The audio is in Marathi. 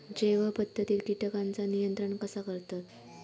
जैव पध्दतीत किटकांचा नियंत्रण कसा करतत?